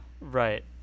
Right